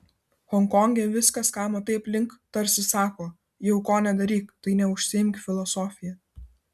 honkonge viskas ką matai aplink tarsi sako jau ko nedaryk tai neužsiimk filosofija